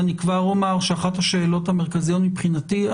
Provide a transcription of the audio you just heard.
אני כבר אומר שאחת השאלות המרכזיות מבחינתי זה